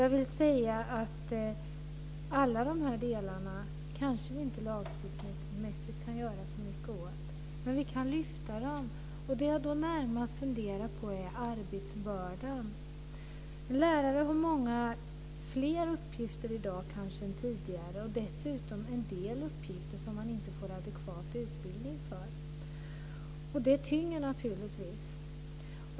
Jag vill säga att alla de här delarna kanske vi inte lagstiftningsmässigt inte kan göra så mycket åt, men vi kan lyfta fram dem. Det jag närmast funderar på är arbetsbördan. Lärare har många fler uppgifter i dag än tidigare och dessutom en del uppgifter som de inte får adekvat utbildning för. Det tynger naturligtvis.